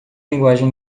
linguagem